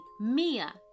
Mia